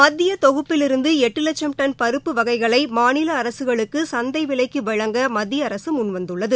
மத்திய தொகுப்பில் இருந்து எட்டு லட்சம் டன் பருப்பு வகைகளை மாநில அரசுகளுக்கு சந்தை விலைக்கு வழங்க மத்திய அரசு முன்வந்துள்ளது